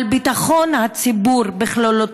לביטחון הציבור בכללותו,